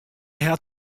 hat